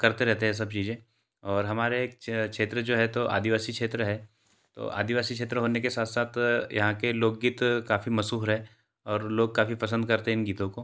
करते रहते है यह सब चीज़ें और हमारा एक क्षेत्र जो है तो आदिवासी क्षेत्र है तो आदिवासी क्षेत्र होने के साथ साथ यहाँ के लोकगीत काफ़ी मशहूर है और लोग काफ़ी पसंद करते हैं इन गीतों को